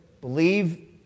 believe